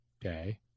day